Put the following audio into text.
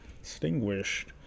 extinguished